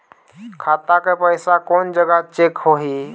खाता के पैसा कोन जग चेक होही?